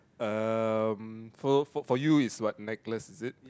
um for for you is what necklace is is it